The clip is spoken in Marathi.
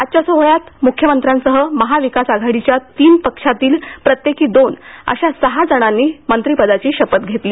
आजच्या सोहळ्यात म्ख्यमंत्र्यांसह महाविकास आघाडीच्या तीन पक्षातील प्रत्येकी दोन अशा सहा जणांनी मंत्रीपदाची शपथ घेतली